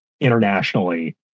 internationally